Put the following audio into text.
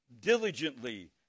diligently